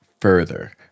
further